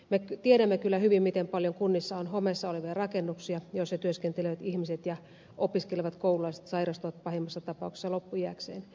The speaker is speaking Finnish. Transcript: me tiedämme kyllä hyvin miten paljon kunnissa on homeessa olevia rakennuksia joissa työskentelevät ihmiset ja opiskelevat koululaiset sairastuvat pahimmassa tapauksessa loppuiäkseen